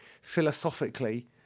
philosophically